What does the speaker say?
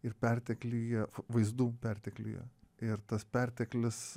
ir pertekliuje vaizdų pertekliuje ir tas perteklis